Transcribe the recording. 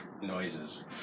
Noises